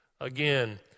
Again